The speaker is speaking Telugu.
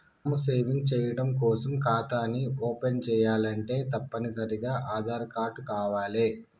టర్మ్ సేవింగ్స్ చెయ్యడం కోసం ఖాతాని ఓపెన్ చేయాలంటే తప్పనిసరిగా ఆదార్ కార్డు కావాలే